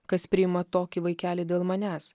kas priima tokį vaikelį dėl manęs